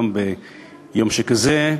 גם ביום שכזה,